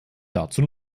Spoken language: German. dazu